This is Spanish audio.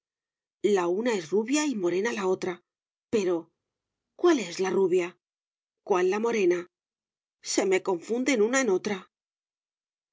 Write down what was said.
la una es rubia y morena la otra pero cuál es la rubia cuál la morena se me confunden una en otra